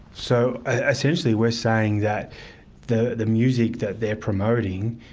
so essentially we're saying that the the music that they're promoting,